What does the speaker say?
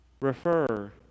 refer